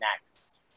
next